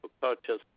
purchase